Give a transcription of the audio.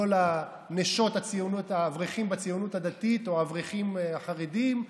לא לנשות האברכים בציונות הדתית או האברכים החרדים,